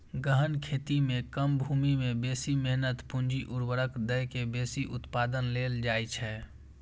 गहन खेती मे कम भूमि मे बेसी मेहनत, पूंजी, उर्वरक दए के बेसी उत्पादन लेल जाइ छै